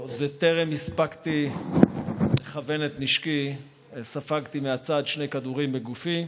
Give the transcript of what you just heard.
עוד בטרם הספקתי לכוון את נשקי ספגתי מהצד שני כדורים בגופי.